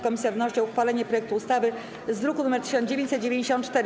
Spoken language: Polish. Komisja wnosi o uchwalenie projektu ustawy z druku nr 1994.